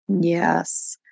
Yes